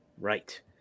right